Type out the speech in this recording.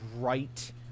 right